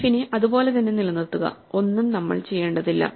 ലീഫിനെ അതുപോലെ തന്നെ നിലനിർത്തുക ഒന്നും നമ്മൾ ചെയ്യേണ്ടതില്ല